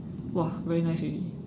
!wah! very nice already